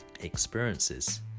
experiences